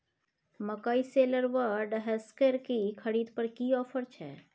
मकई शेलर व डहसकेर की खरीद पर की ऑफर छै?